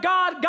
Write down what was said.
God